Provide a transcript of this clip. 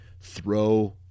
throw